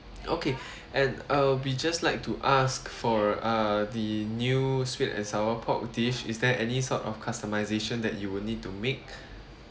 okay and uh we just like to ask for uh the new sweet and sour pork dish is there any sort of customization that you will need to make